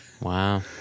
Wow